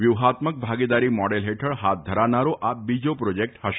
વ્યુફાત્મક ભાગીદારી મોડેલ ફેઠળ ફાથ ધરાનારો આ બીજા પ્રોજેક્ટ ફશે